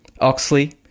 Oxley